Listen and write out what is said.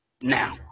now